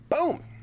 Boom